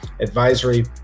advisory